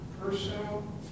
personal